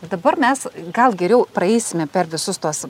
dabar mes gal geriau praeisime per visus tuos